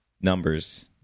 numbers